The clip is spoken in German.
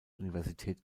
universität